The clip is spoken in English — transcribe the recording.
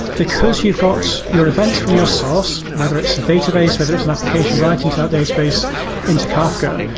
because you've got your events from your source, whether it's a database, whether it's an application writing to that database into kafka,